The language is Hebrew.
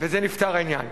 בזה נפתר העניין.